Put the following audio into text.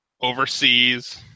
overseas